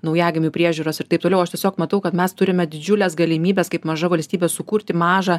naujagimių priežiūros ir taip toliau aš tiesiog matau kad mes turime didžiules galimybes kaip maža valstybė sukurti mažą